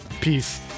Peace